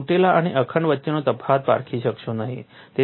તમે તૂટેલા અને અખંડ વચ્ચેનો તફાવત પારખી શકશો નહીં